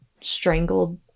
strangled